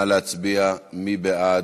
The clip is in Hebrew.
התשע"ו 2016. מי בעד?